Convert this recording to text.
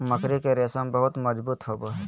मकड़ी के रेशम बहुत मजबूत होवो हय